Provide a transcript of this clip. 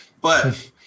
but-